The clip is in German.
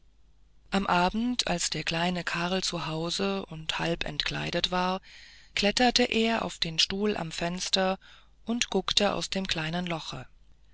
am abend als der kleine karl zu hause und halb entkleidet war kletterte er auf den stuhl am fenster und guckte aus dem kleinen loche